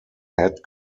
head